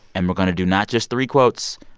and we're going to do not just three quotes,